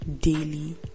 daily